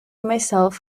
myself